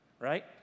right